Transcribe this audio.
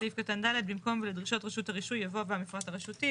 בסעיף קטן (ד) במקום "דרישות רשות הרישוי" יבוא "והמפרט הרשותי".